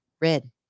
Red